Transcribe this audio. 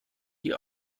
die